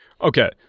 Okay